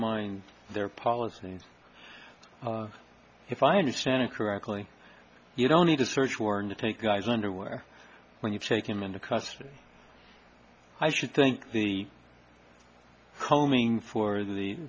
mind their policy if i understand it correctly you don't need a search warrant to take guys underwear when you take him into custody i should think the combing for the